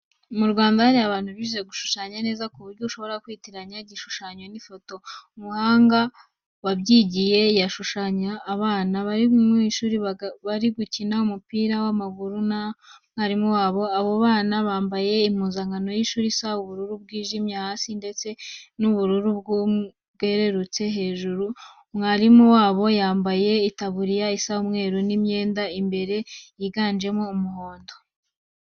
Mu Rwanda hari abantu bize gushushanya neza ku buryo ushobora kwitiranya igishushanyo n'ifoto. Umuhanga wabyigiye yashushanyije abana bari kwishuri bari gukina umupira w'amaguru na mwarimu wabo, abo bana bambaye impuzankano y'ishuri isa ubururu bwijimye hasi, ndetse n'ubururu bwerurutse hejuru. Mwarimu wabo yambaye itaburiya isa umweru, n'imyenda imbere yiganjemo umuhondo.